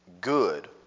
good